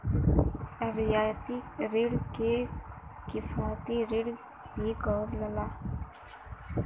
रियायती रिण के किफायती रिण भी कहल जाला